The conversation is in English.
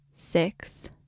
Six